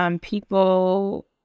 People